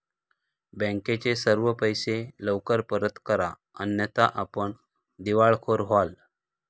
बँकेचे सर्व पैसे लवकर परत करा अन्यथा आपण दिवाळखोर व्हाल